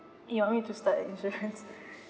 you want me to start the insurance